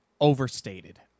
Overstated